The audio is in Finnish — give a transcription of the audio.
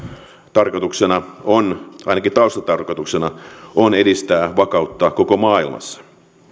tarkoituksena ainakin taustatarkoituksena on edistää vakautta koko maailmassa